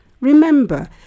Remember